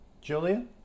Julia